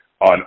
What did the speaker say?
on